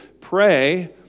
pray